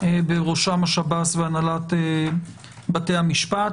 בראשם השב"ס והנהלת בתי המשפט.